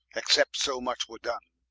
except so much were done,